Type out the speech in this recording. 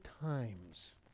times